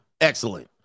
excellent